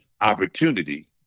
opportunity